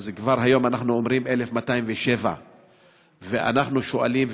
והיום אנחנו כבר אומרים 1,207. אנחנו שואלים,